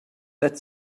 that